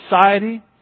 society